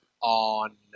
on